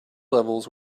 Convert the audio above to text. levels